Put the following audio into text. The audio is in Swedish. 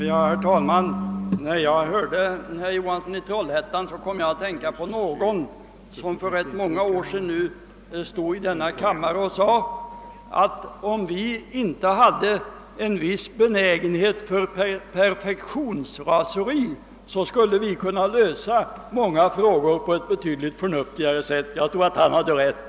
Herr talman! När jag lyssnade till herr Johansson i Trollhättan kom jag att tänka på någon som för rätt många år sedan sade i denna kammare, att om vi inte hade en viss benägenhet för perfektionsraseri skulle vi kunna lösa många frågor på ett betydligt förnuftigare sätt än vi gör. Jag tror att han hade rätt.